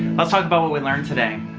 let's talk about what we learned today.